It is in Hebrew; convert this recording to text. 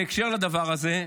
בהקשר לדבר הזה,